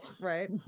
right